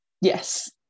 Yes